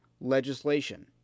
legislation